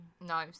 no